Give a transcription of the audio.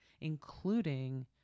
including